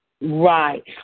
Right